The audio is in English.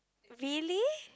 really